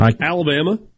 Alabama